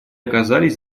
оказались